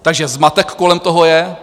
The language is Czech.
Takže zmatek kolem toho je.